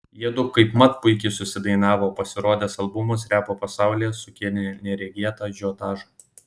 jiedu kaipmat puikiai susidainavo o pasirodęs albumas repo pasaulyje sukėlė neregėtą ažiotažą